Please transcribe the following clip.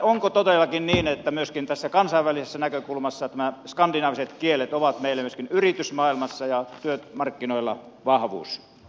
onko todellakin niin että myöskin kansainvälisestä näkökulmasta skandinaaviset kielet ovat meille myöskin yritysmaailmassa ja työmarkkinoilla vahvuus